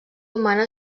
humana